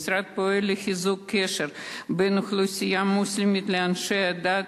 המשרד פועל לחיזוק הקשר בין האוכלוסייה המוסלמית לאנשי הדת.